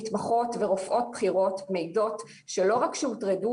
מתמחות ורופאות בכירות מעידות שלא רק שהוטרדו